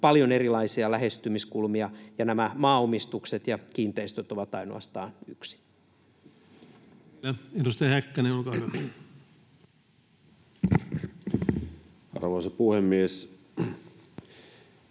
paljon erilaisia lähestymiskulmia, ja nämä maaomistukset ja kiinteistöt ovat ainoastaan yksi. [Speech